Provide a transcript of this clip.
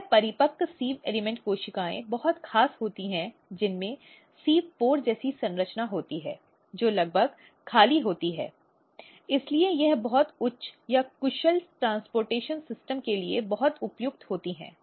यह परिपक्व sieve element कोशिकाएं बहुत खास होती हैं और इसमें सिव़ छिद्र जैसी संरचना होती है जो लगभग खाली होती है इसलिए यह बहुत उच्च या कुशल परिवहन प्रणाली के लिए बहुत उपयुक्त होती है